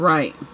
Right